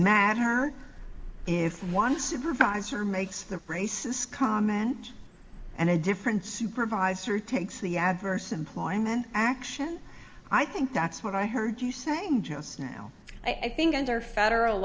matter if one supervisor makes the prices comment and a different supervisor takes the adverse employment action i think that's what i heard you saying just now i think under federal